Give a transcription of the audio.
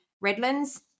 Redlands